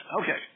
Okay